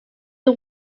you